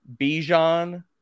Bijan